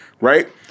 right